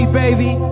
baby